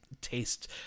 taste